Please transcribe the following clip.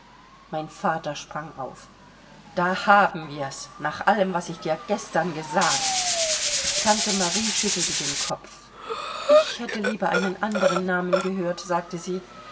mein vater sprang auf da haben wir's nach allem was ich dir gestern gesagt tante marie schüttelte den kopf ich hätte lieber einen anderen namen gehört sagte sie